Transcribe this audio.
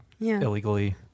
illegally